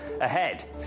ahead